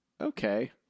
Okay